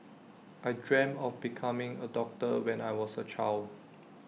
I dreamt of becoming A doctor when I was A child